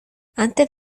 antes